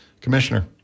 Commissioner